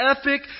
epic